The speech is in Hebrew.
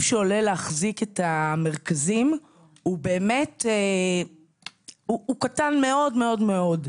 שעולה להחזיר את המרכזים הוא קטן מאוד מאוד מאוד,